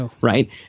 right